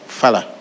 fala